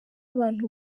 abantu